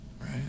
Right